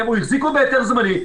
הם החזיקו בהיתר זמני,